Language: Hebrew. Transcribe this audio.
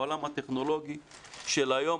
בעולם הטכנולוגי של היום,